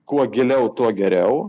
kuo giliau tuo geriau